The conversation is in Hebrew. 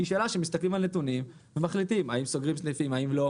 היא שאלה שלגביה מסתכלים על נתונים ומחליטים: האם סוגרים סניפים או לא,